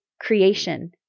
creation